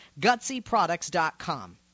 GutsyProducts.com